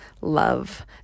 love